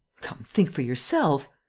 think for yourself!